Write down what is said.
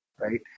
right